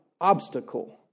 obstacle